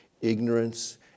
ignorance